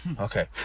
okay